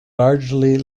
largely